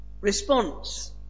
response